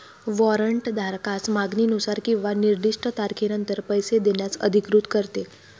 warrant धारकास मागणीनुसार किंवा निर्दिष्ट तारखेनंतर पैसे देण्यास अधिकृत करते